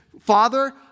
Father